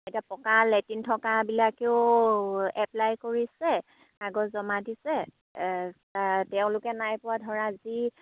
এতিয়া পকা লেটিন থকাবিলাকেও এপ্লাই কৰিছে কাগজ জমা দিছে তেওঁলোকে নাই পোৱা ধৰা যি